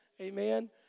Amen